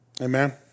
Amen